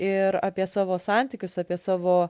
ir apie savo santykius apie savo